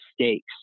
stakes